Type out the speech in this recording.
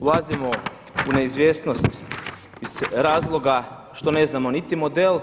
Ulazimo u neizvjesnost iz razloga što ne znamo niti model